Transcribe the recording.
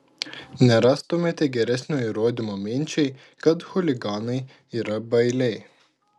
nerastumėte geresnio įrodymo minčiai kad chuliganai yra bailiai